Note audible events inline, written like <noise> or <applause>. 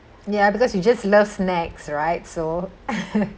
ya because you just love snacks right so <laughs>